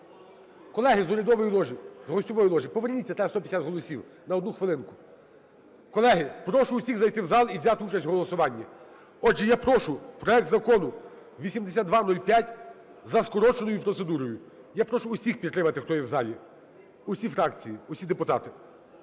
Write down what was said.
ложі, гостьової ложі, поверніться, треба 150 голосів, на одну хвилинку. Колеги, прошу всіх зайти в зал і взяти участь в голосуванні. Отже, я прошу проект Закону 8205 за скороченою процедурою. Я прошу всіх підтримати, хто є в залі, усі фракції, усі депутати.